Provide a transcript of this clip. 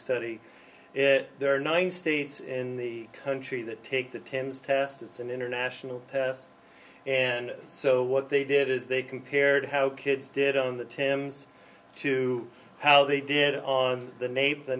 study there are nine states in the country that take the timms test it's an international test and so what they did is they compared how kids did on the thames to how they did on the